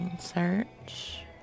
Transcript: Search